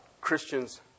Christians